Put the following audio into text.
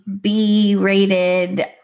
b-rated